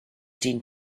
den